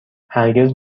هرگز